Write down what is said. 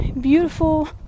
beautiful